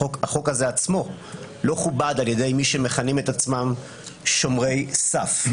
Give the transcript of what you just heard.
החוק הזה עצמו לא כובד על ידי מי שמכנים את עצמם שומרי סף.